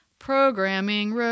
Programming